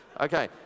Okay